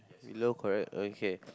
below correct okay